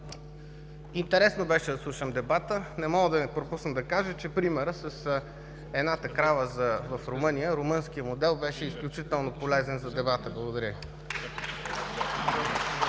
Интересно беше да слушам дебата. Не мога да пропусна да кажа, че примерът с едната крава в Румъния, румънският модел беше изключително полезен за дебата. Благодаря